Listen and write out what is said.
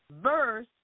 Verse